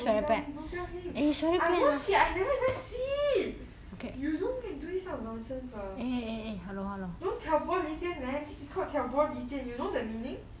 don't tell him don't tell him I won't see I never even see you don't go and do this kind of nonsense lah don't 挑拨离间 man this is called 挑拨离间 you know the meaning